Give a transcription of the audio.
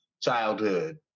childhood